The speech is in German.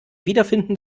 wiederfinden